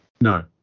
No